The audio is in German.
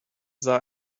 sah